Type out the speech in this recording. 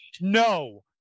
no